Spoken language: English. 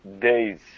days